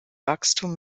wachstum